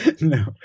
No